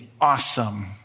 awesome